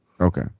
Okay